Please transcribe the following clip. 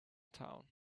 town